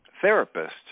therapist